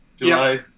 July